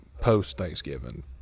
post-Thanksgiving